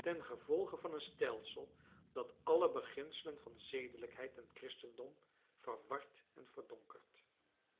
tengevolge van een stelsel dat alle beginselen van zedelijkheid en christendom verwart en verdonkert